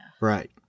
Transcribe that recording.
Right